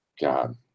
God